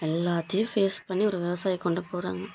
எல்லாத்தையும் ஃபேஸ் பண்ணி ஒரு விவசாயி கொண்டு போகிறாங்க